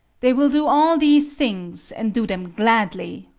they will do all these things and do them gladly,